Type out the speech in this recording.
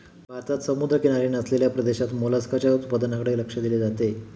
भारतात समुद्रकिनारी नसलेल्या प्रदेशात मोलस्काच्या उत्पादनाकडे लक्ष दिले जाते